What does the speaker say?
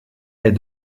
est